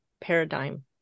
paradigm